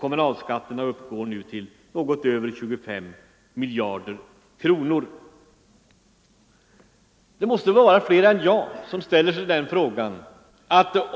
Kommunalskatterna uppgår nu till något över 25 miljarder kronor.